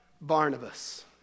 Barnabas